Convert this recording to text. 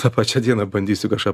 tą pačią dieną bandysiu kažką